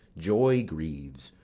joy grieves,